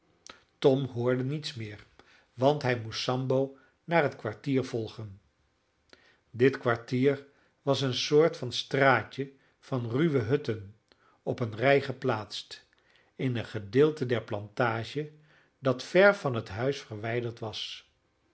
tom hoorde niets meer want hij moest sambo naar het kwartier volgen dit kwartier was een soort van straatje van ruwe hutten op een rij geplaatst in een gedeelte der plantage dat ver van het huis verwijderd was